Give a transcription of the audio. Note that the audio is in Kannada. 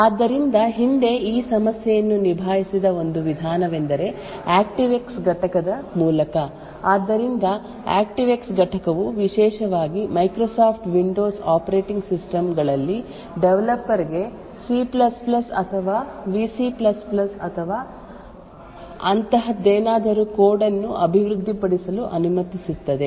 ಆದ್ದರಿಂದ ಹಿಂದೆ ಈ ಸಮಸ್ಯೆಯನ್ನು ನಿಭಾಯಿಸಿದ ಒಂದು ವಿಧಾನವೆಂದರೆ ಆಕ್ಟಿವ್ಎಕ್ಸ್ ಘಟಕದ ಮೂಲಕ ಆದ್ದರಿಂದ ಆಕ್ಟಿವ್ಎಕ್ಸ್ ಘಟಕವು ವಿಶೇಷವಾಗಿ ಮೈಕ್ರೋಸಾಫ್ಟ್ ವಿಂಡೋಸ್ ಆಪರೇಟಿಂಗ್ ಸಿಸ್ಟಮ್ ಗಳಲ್ಲಿ ಡೆವಲಪರ್ ಗೆ ಸಿ C ಅಥವಾ ಯಾವ ವಿಸಿ VC ಅಥವಾ ಅಂತಹದ್ದೇನಾದರೂ ಕೋಡ್ ಅನ್ನು ಅಭಿವೃದ್ಧಿಪಡಿಸಲು ಅನುಮತಿಸುತ್ತದೆ